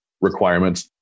requirements